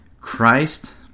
Christ